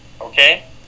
Okay